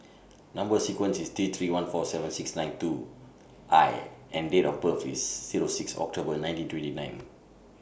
Number sequence IS T three one four seven six nine two I and Date of birth IS Zero six October nineteen twenty nine